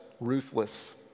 Ruthless